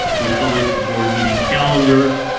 we publish the board meeting calendar.